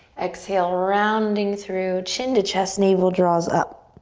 exhale, rounding through chin to chest, navel draws up.